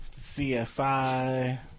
CSI